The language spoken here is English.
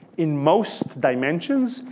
in most dimensions,